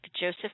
Joseph